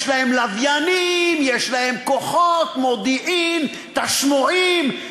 יש להם לוויינים, יש להם כוחות, מודיעין, תשמועים.